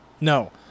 No